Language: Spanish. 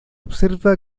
observa